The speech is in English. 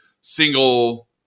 single